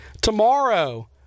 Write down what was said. Tomorrow